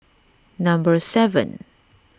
number seven